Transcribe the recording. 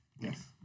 Yes